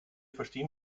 verstehen